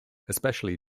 especially